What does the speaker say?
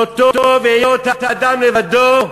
לא טוב היות האדם לבדו,